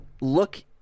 look